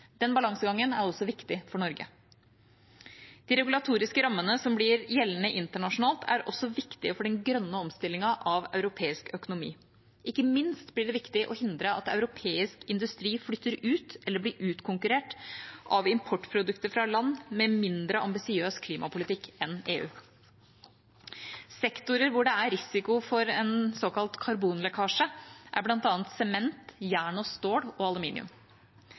Den balansegangen er også viktig for Norge. De regulatoriske rammene som blir gjeldende internasjonalt, er også viktige for den grønne omstillingen av europeisk økonomi. Ikke minst blir det viktig å hindre at europeisk industri flytter ut eller blir utkonkurrert av importprodukter fra land med mindre ambisiøs klimapolitikk enn EU. Sektorer hvor det er risiko for såkalt karbonlekkasje, er bl.a. sement, jern og stål og aluminium.